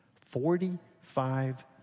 Forty-five